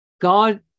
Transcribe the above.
God